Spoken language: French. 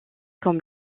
comme